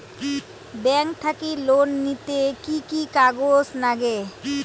Bank থাকি loan নিতে কি কি কাগজ নাগে?